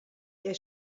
der